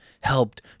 helped